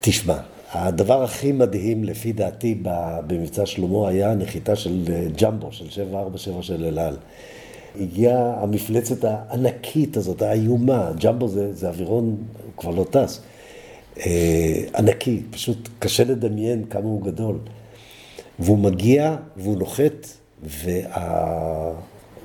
‫תשמע, הדבר הכי מדהים לפי דעתי ‫במבצע שלמה היה הנחיתה של ג'מבו, ‫של 747 של אלעל. ‫הגיעה המפלצת הענקית הזאת, ‫האיומה, ג'מבו זה אווירון, ‫הוא כבר לא טס, ענקי, ‫פשוט קשה לדמיין כמה הוא גדול. ‫והוא מגיע והוא נוחת, וה...